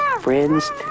friends